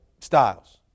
styles